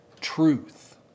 truth